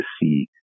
see